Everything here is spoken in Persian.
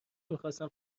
میخاستن